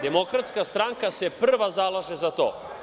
Demokratska stranka se prva zalaže za to.